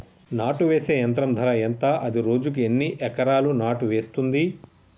నాటు వేసే యంత్రం ధర ఎంత? అది రోజుకు ఎన్ని ఎకరాలు నాటు వేస్తుంది?